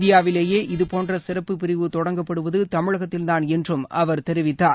இந்தியாவிலேயே இதுபோன்ற சிறப்பு பிரிவு தொடங்கப்படுவது தமிழகத்தில்தான் என்றும் அவர் தெரிவித்தார்